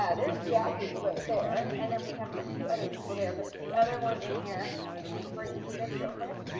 yeah there's jackie right there, and then we have a few other people there. but the other one in here hang on. we're going to do this real quick.